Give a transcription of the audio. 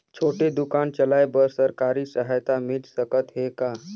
छोटे दुकान चलाय बर सरकारी सहायता मिल सकत हे का?